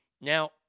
Now